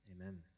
Amen